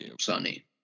sunny